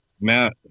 Matt